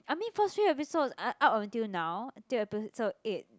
I mean first few episode up until now till episode eight